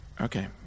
Okay